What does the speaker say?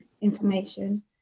information